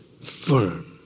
firm